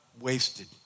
wasted